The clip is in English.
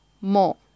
more